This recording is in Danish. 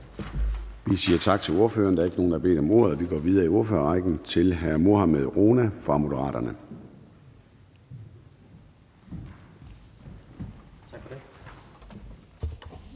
Vi siger tak til ordføreren. Der er ikke nogen, der har bedt om ordet, og vi går videre i ordførerrækken til hr. Mohammad Rona fra Moderaterne.